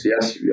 yes